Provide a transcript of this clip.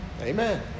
Amen